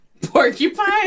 Porcupine